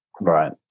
right